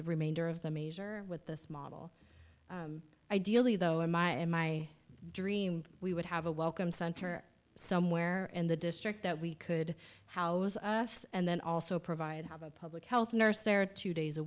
the remainder of the major with this model ideally though in my in my dream we would have a welcome center somewhere in the district that we could house us and then also provide have a public health nurse there two days a